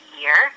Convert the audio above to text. year